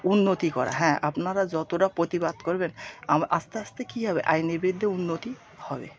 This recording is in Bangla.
উন্নতি করা হ্যাঁ আপনারা যতটা প্রতিবাদ করবেন আস্তে আস্তে কী হবে আইনের বিরুদ্ধে উন্নতি হবে